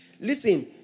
Listen